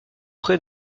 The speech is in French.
près